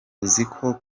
uziko